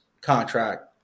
contract